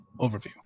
overview